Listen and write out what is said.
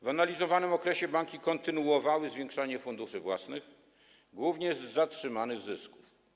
W analizowanym okresie banki kontynuowały zwiększanie funduszy własnych, głównie z zatrzymanych zysków.